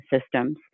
systems